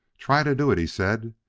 try to do it, he said,